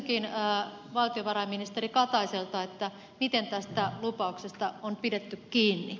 kysynkin valtiovarainministeri kataiselta miten tästä lupauksesta on pidetty kiinni